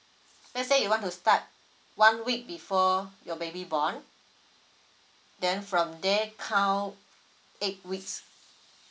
let's say you want to start one week before your baby born then from there count eight weeks